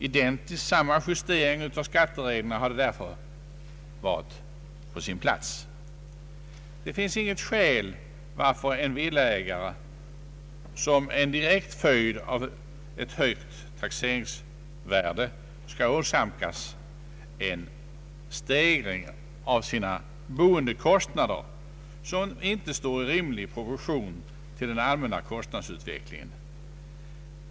Identiskt samma justering av skattereglerna hade därför varit på sin plats. Det finns inget skäl till att en villaägare som en direkt följd av ett höjt taxeringsvärde skall åsamkas en stegring av sina boendekostnader, som inte står i rimlig proportion till den allmänna kostnadsutvecklingen.